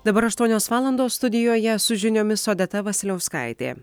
dabar aštuonios valandos studijoje su žiniomis odeta vasiliauskaitė